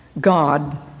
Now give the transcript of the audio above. God